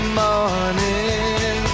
morning